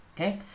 okay